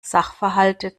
sachverhalte